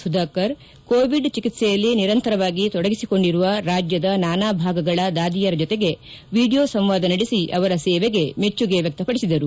Sudhakar Covid ಚಿಕಿತ್ಲೆಯಲ್ಲಿ ನಿರಂತರವಾಗಿ ತೊಡಗಿಸಿಕೊಂಡಿರುವ ರಾಜ್ಜದ ನಾನಾ ಭಾಗಗಳ ದಾದಿಯರ ಜೊತೆಗೆ ವಿಡಿಯೋ ಸಂವಾದ ನಡೆಸಿ ಅವರ ಸೇವೆಗೆ ಮೆಚ್ಚುಗೆ ವ್ಯಕ್ತಪಡಿಸಿದರು